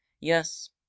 Yes